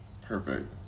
Perfect